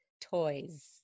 toys